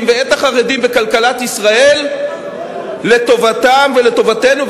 ואת החרדים בכלכלת ישראל לטובתם ולטובתנו,